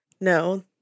No